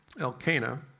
Elkanah